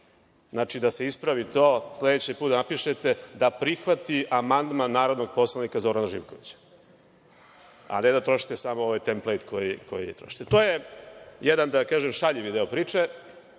Znači, da se ispravi to, sledeći put da napišete – da prihvati amandman narodnog poslanika Zorana Živkovića, a ne da trošite samo ovaj templejt koji trošite. To je jedan, da kažem, šaljivi deo